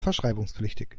verschreibungspflichtig